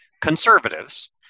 conservatives